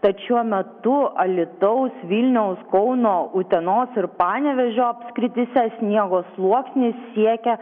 tad šiuo metu alytaus vilniaus kauno utenos ir panevėžio apskrityse sniego sluoksnis siekia